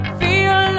feel